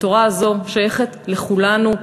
ותורה זו שייכת לכולנו,